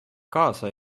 kaasa